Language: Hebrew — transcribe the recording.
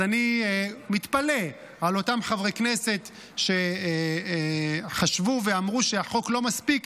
אז אני מתפלא על אותם חברי כנסת שחשבו ואמרו שהחוק לא מספיק,